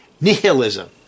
Nihilism